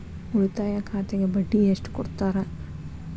ಉಳಿತಾಯ ಖಾತೆಗೆ ಬಡ್ಡಿ ಎಷ್ಟು ಕೊಡ್ತಾರ?